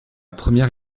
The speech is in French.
première